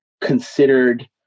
considered